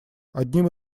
одним